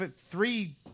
three